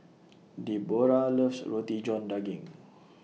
Debora loves Roti John Daging